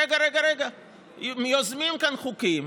רגע, רגע, רגע, יוזמים כאן חוקים